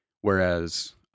Whereas